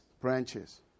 branches